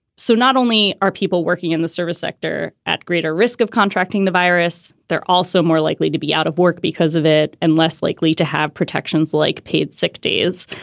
so not only are people working in the service sector at greater risk of contracting the virus, they're also more likely to be out of work because of it and less likely to have protections like paid sick days.